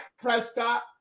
Prescott